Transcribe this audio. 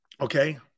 Okay